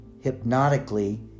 hypnotically